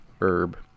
Herb